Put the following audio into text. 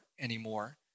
anymore